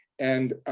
and